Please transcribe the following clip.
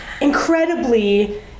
incredibly